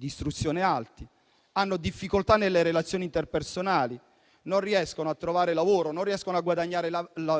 istruzione alti; hanno difficoltà nelle relazioni interpersonali; non riescono a trovare lavoro; non riescono a guadagnare